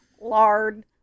lard